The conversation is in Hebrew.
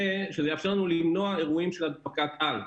זה יאפשר לנו למנוע אירועים של הדבקת על,